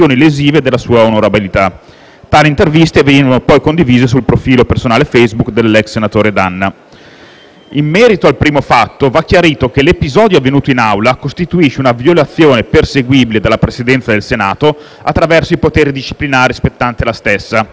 della sua onorabilità. Tali interviste venivano poi condivise sul profilo personale Facebook dell'ex senatore D'Anna. In merito al primo fatto, va chiarito che l'episodio avvenuto in Aula costituisce una violazione perseguibile dalla Presidenza del Senato attraversi i poteri disciplinari spettanti alla stessa.